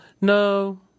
No